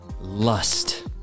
Lust